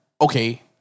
okay